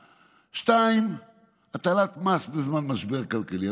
1. 2. הטלת מס בזמן משבר כלכלי,